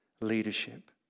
leadership